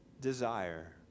desire